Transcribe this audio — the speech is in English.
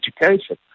education